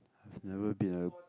I've never been a